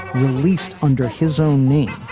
released under his own name,